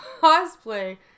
cosplay